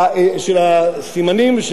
של אמצעי זיהוי,